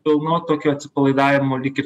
pilno tokio atsipalaidavimo lyg ir